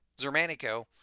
Zermanico